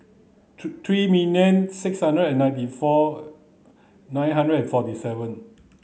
three million six hundred and ninety four nine hundred and forty seven